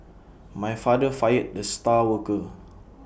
my father fired the star worker